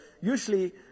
Usually